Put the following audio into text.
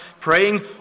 praying